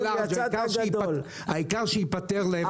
העיקר שיפתרו להם הבעיות.